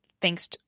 thanks